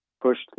pushed